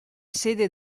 sede